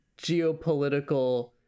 geopolitical